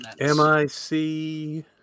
M-I-C